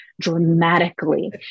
dramatically